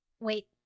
Wait